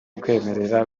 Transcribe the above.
kwemerera